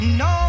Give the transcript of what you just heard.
no